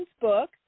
book